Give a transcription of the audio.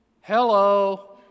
Hello